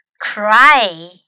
cry